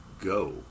go